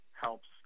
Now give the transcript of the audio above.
helps